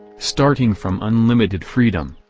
starting from unlimited freedom,